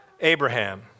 Abraham